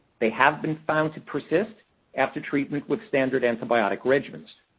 they have been found to persist after treatment with standard antibiotic regimens.